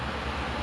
thick